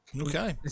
Okay